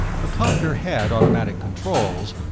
the copter had automatic controls,